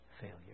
failure